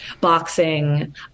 Boxing